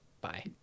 bye